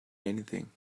anything